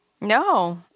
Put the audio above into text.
No